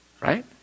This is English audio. Right